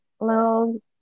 little